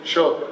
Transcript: Sure